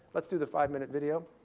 let's do the five minute video.